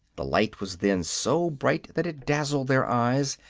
the light was then so bright that it dazzled their eyes,